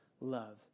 love